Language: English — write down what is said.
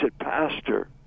Pastor